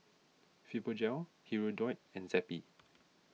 Fibogel Hirudoid and Zappy